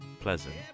pleasant